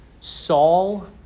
Saul